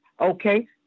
Okay